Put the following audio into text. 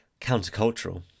countercultural